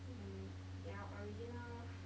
mm yeah original